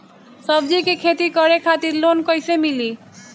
सब्जी के खेती करे खातिर लोन कइसे मिली?